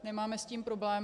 Nemáme s tím problém.